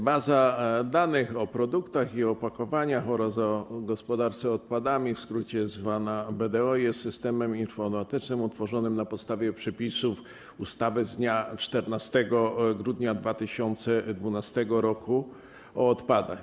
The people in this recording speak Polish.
Baza danych o produktach i opakowaniach oraz o gospodarce odpadami, w skrócie zwana BDO, jest systemem informatycznym utworzonym na podstawie przepisów ustawy z dnia 14 grudnia 2012 r. o odpadach.